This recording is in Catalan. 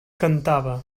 cantava